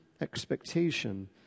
expectation